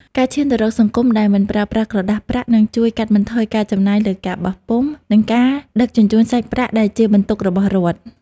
ការឈានទៅរកសង្គមដែលមិនប្រើប្រាស់ក្រដាសប្រាក់នឹងជួយកាត់បន្ថយការចំណាយលើការបោះពុម្ព និងការដឹកជញ្ជូនសាច់ប្រាក់ដែលជាបន្ទុករបស់រដ្ឋ។